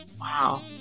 wow